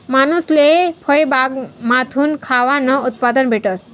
मानूसले फयबागमाथून खावानं उत्पादन भेटस